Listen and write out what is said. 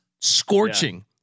scorching